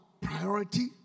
priority